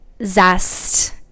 zest